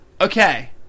Okay